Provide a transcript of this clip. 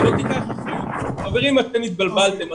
חברים, אתם התבלבלתם.